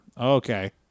Okay